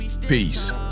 Peace